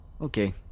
okay